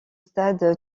stade